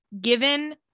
given